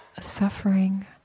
suffering